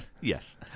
yes